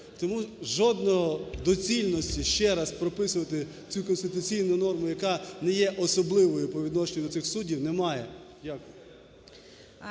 Тому жодної доцільності ще раз прописувати цю конституційну норму, яка не є особливою по відношенню до цих суддів, немає.